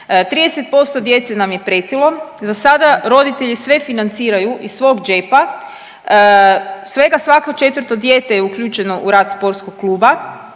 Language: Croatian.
30% djece nam je pretilo, za sada roditelji sve financiraju iz svog džepa, svega svako 4. dijete je uključeno u rad sportskog kluba